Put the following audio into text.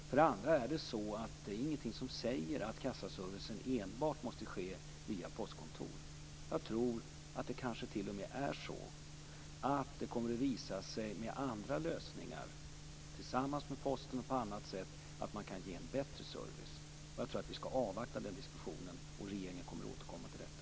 För det andra är det ingenting som säger att kassaservicen enbart måste ske via postkontor. Jag tror att det kanske t.o.m. kommer att visa sig att man med andra lösningar, tillsammans med Posten och på andra sätt, kan ge en bättre service. Jag tror att vi skall avvakta den diskussionen. Regeringen kommer att återkomma till detta.